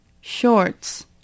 shorts